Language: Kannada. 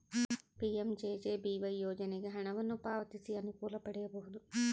ಪಿ.ಎಂ.ಜೆ.ಜೆ.ಬಿ.ವೈ ಯೋಜನೆಗೆ ಹಣವನ್ನು ಪಾವತಿಸಿ ಅನುಕೂಲ ಪಡೆಯಬಹುದು